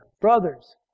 Brothers